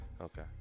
okay